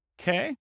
Okay